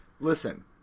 Listen